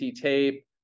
Tape